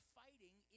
fighting